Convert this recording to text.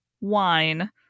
wine